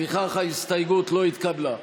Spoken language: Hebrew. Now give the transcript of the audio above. לפיכך ההסתייגות לא התקבלה.